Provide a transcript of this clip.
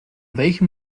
welchem